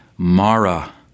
Mara